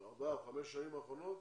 ארבע או חמש השנים האחרונות,